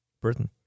britain